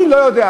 אני לא יודע.